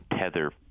tether